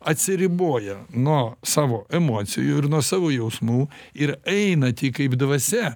atsiriboju nuo savo emocijų ir nuo savo jausmų ir eina tik kaip dvasia